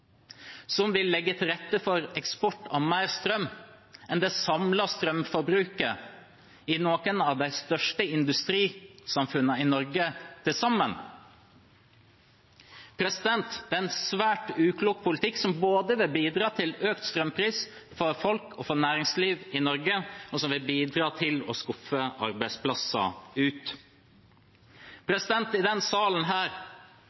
som vil legge til rette for eksport av mer strøm enn det samlede strømforbruket i noen av de største industrisamfunnene i Norge til sammen. Det er en svært uklok politikk, som vil bidra både til økt strømpris for folk og næringsliv i Norge og til å skuffe arbeidsplasser ut.